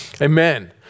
Amen